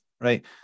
right